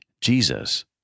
Jesus